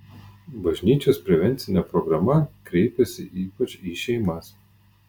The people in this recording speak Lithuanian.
bažnyčios prevencinė programa kreipiasi ypač į šeimas